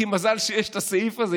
כי מזל שיש את הסעיף הזה,